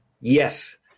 Yes